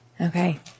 Okay